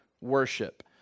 worship